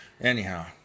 Anyhow